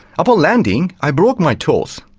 upon landing, i broke my toes.